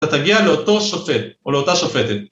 ‫אתה תגיע לאותו שופט או לאותה שופטת.